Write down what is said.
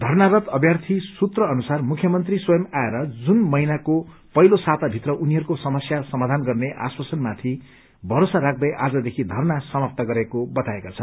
धरनारत अभ्यार्ती सूत्र अनुसार मुख्यमंत्री स्वयं आएर जून महिनको पहिलो साता भित्र उनीहरूको समस्या समाधान गर्ने आश्वासनमाथि भरोसा राचख्दै आजदेखि धरना सामाप्त गरेको बताएका छन्